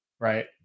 Right